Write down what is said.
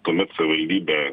tuomet savivaldybė